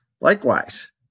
Likewise